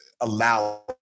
Allow